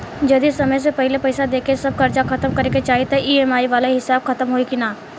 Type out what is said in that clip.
जदी समय से पहिले पईसा देके सब कर्जा खतम करे के चाही त ई.एम.आई वाला हिसाब खतम होइकी ना?